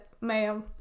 ma'am